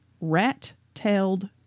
rat-tailed